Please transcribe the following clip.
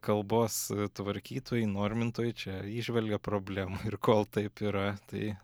kalbos tvarkytojai normintojai čia įžvelgia problemą ir kol taip yra tai